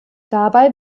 dabei